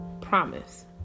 Promise